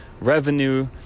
revenue